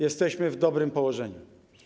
Jesteśmy w dobrym położeniu.